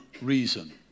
reason